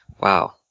Wow